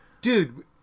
Dude